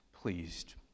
pleased